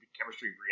chemistry